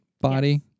body